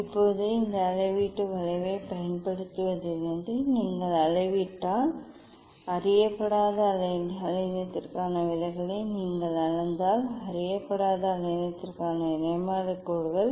இப்போது இந்த அளவீட்டு வளைவைப் பயன்படுத்துவதிலிருந்து நீங்கள் அளவிட்டால் அறியப்படாத அலைநீளத்திற்கான விலகலை நீங்கள் அளந்தால் அறியப்படாத அலைநீளத்தின் நிறமாலை கோடுகள்